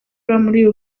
muri